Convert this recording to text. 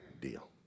deal